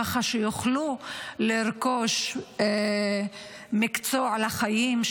כך שיוכלו לרכוש מקצוע לחיים,